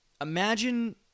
imagine